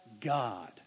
God